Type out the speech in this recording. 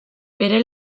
bere